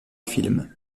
film